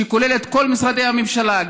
שכוללת את כל משרדי הממשלה,